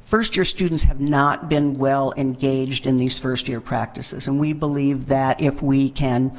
first year students have not been well engaged in these first year practices. and we believe that, if we can